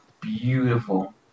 beautiful